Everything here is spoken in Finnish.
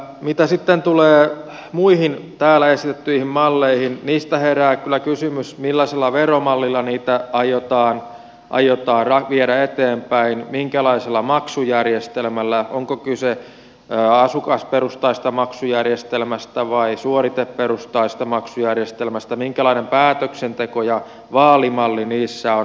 mitä sitten tulee muihin täällä esitettyihin malleihin niistä herää kyllä kysymys millaisella veromallilla niitä aiotaan viedä eteenpäin minkälaisella maksujärjestelmällä onko kyse asukasperustaisesta maksujärjestelmästä vai suoriteperustaisesta maksujärjestelmästä minkälainen päätöksenteko ja vaalimalli niissä on